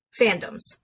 fandoms